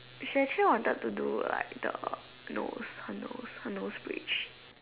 she actually wanted to do like the nose her nose her nose bridge